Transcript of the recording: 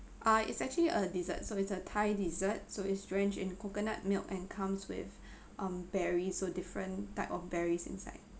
ah it's actually a dessert so it's a thai dessert so it's drenched in coconut milk and comes with um berry so different type of berries inside